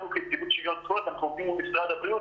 אנחנו כנציבות שוויון זכויות עובדים מול משרד הבריאות